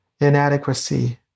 inadequacy